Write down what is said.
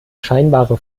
scheinbare